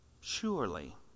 Surely